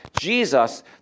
Jesus